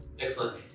excellent